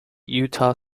utah